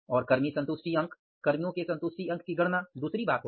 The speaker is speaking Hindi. और कर्मी संतुष्टि अंक कर्मियों के संतुष्टि अंक की गणना दूसरी बात होगी